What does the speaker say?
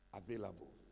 available